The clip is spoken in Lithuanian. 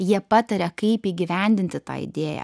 jie pataria kaip įgyvendinti tą idėją